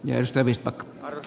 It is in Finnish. jo ystävistä